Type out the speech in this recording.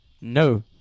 No